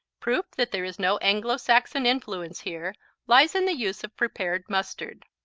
proof that there is no anglo-saxon influence here lies in the use of prepared mustard.